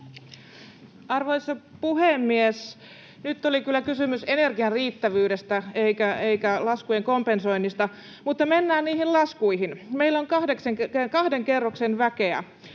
Arvoisa puhemies! Nyt oli kyllä kysymys energian riittävyydestä eikä laskujen kompensoinnista. Mutta mennään niihin laskuihin. Meillä on kahden kerroksen väkeä: